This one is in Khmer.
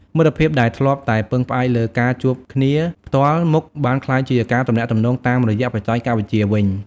មិត្តភាពដែលធ្លាប់តែពឹងផ្អែកលើការជួបគ្នាផ្ទាល់មុខបានក្លាយជាការទំនាក់ទំនងតាមរយៈបច្ចេកវិទ្យាវិញ។